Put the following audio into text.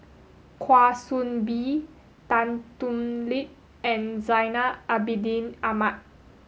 Kwa Soon Bee Tan Thoon Lip and Zainal Abidin Ahmad